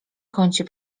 kącie